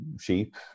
sheep